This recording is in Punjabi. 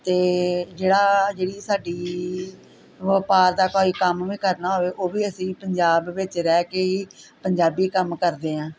ਅਤੇ ਜਿਹੜਾ ਜਿਹੜਾ ਸਾਡਾ ਵਪਾਰ ਦਾ ਕੋਈ ਕੰਮ ਵੀ ਕਰਨਾ ਹੋਵੇ ਉਹ ਵੀ ਅਸੀਂ ਪੰਜਾਬ ਵਿੱਚ ਰਹਿ ਕੇ ਹੀ ਪੰਜਾਬੀ ਕੰਮ ਕਰਦੇ ਹਾਂ